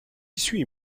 suis